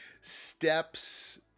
steps